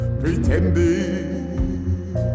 pretending